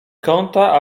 kąta